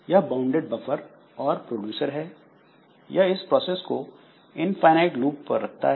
यह bounded buffer और producer है यह इस प्रोसेस को इनफाइनाइट लूप पर रखता है